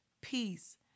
Peace